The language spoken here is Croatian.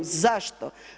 Zašto?